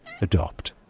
Adopt